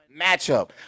matchup